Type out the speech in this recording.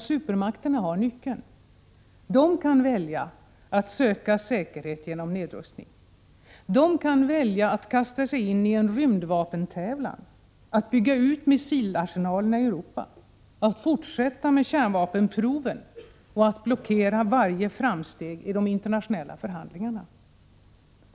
Supermakterna har nyckeln. De kan välja att söka säkerhet genom nedrustning. De kan välja att kasta sig in i en rymdvapentävlan, att bygga ut missilarsenalerna i Europa, att fortsätta med kärnvapenproven och att blockera varje framsteg i de internationella förhandlingarna.